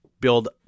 build